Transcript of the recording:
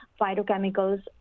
phytochemicals